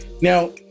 Now